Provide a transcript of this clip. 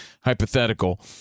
hypothetical